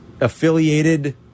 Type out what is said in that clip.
affiliated